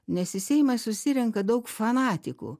nes į seimą susirenka daug fanatikų